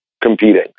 competing